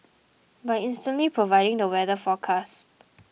by instantly providing the weather forecast